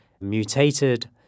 mutated